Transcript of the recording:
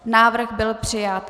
Návrh byl přijat.